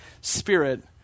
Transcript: spirit